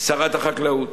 שרת החקלאות: